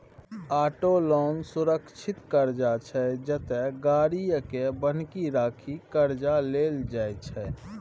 auto loan सुरक्षित करजा छै जतय गाड़ीए केँ बन्हकी राखि करजा लेल जाइ छै